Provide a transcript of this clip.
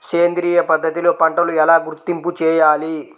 సేంద్రియ పద్ధతిలో పంటలు ఎలా గుర్తింపు చేయాలి?